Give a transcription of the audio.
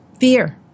fear